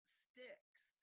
sticks